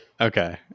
Okay